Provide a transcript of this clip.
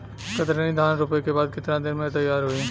कतरनी धान रोपे के बाद कितना दिन में तैयार होई?